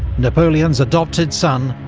napoleon's adopted son,